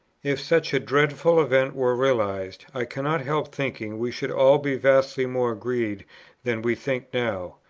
if such dreadful events were realized, i cannot help thinking we should all be vastly more agreed than we think now.